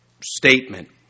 statement